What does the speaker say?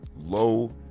low